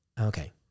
Okay